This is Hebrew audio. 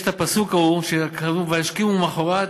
יש הפסוק ההוא שכתוב: וישכימו ממחרת